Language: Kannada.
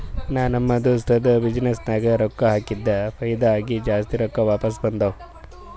ನಾ ನಮ್ ದೋಸ್ತದು ಬಿಸಿನ್ನೆಸ್ ನಾಗ್ ರೊಕ್ಕಾ ಹಾಕಿದ್ದುಕ್ ಫೈದಾ ಆಗಿ ಜಾಸ್ತಿ ರೊಕ್ಕಾ ವಾಪಿಸ್ ಬಂದಾವ್